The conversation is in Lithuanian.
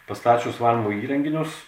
pastačius valymo įrenginius